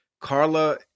Carla